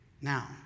Now